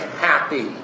happy